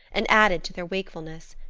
and added to their wakefulness.